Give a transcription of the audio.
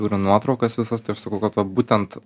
turiu nuotraukas visas taip sakau kad va būtent